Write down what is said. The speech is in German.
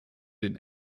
den